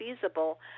feasible